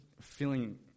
feeling